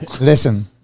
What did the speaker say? Listen